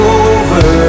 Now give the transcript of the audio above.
over